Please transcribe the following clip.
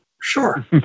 sure